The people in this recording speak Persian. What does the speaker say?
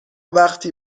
وقتی